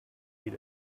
eat